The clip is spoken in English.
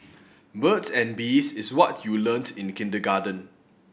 birds and bees is what you learnt in kindergarten